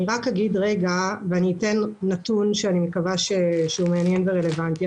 אני אתן נתון ושאני מקווה שהוא מעניין ורלוונטי.